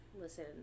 Listen